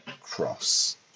cross